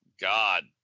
God